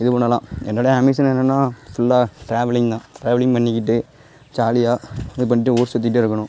இது பண்ணலாம் என்னோடய ஆம்பிஷன் என்னென்னா ஃபுல்லாக ட்ரவலிங் தான் ட்ரவலிங் பண்ணிக்கிட்டு ஜாலியாக இது பண்ணிட்டு ஊர் சுற்றிட்டே இருக்கணும்